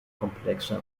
komplexer